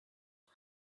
for